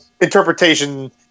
interpretation